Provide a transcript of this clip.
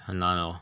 很难 hor